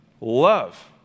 love